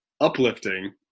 uplifting